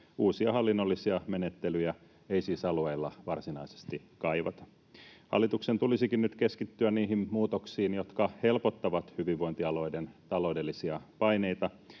Uusia hallinnollisia menettelyjä ei siis alueilla varsinaisesti kaivata. Hallituksen tulisikin nyt keskittyä niihin muutoksiin, jotka helpottavat hyvinvointialueiden taloudellisia paineita.